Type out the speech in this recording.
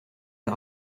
wir